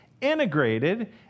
integrated